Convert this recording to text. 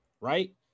right